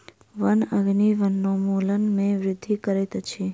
वन अग्नि वनोन्मूलन में वृद्धि करैत अछि